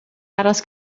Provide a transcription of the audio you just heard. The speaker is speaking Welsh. aros